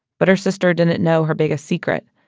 but her sister didn't know her biggest secret.